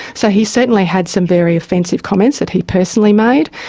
so he certainly had some very offensive comments that he personally made,